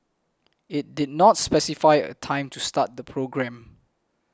it did not specify a time to start the programme